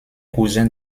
cousin